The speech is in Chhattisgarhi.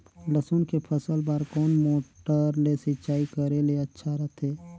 लसुन के फसल बार कोन मोटर ले सिंचाई करे ले अच्छा रथे?